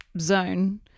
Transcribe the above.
zone